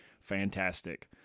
fantastic